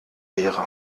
wäre